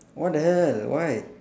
what the hell why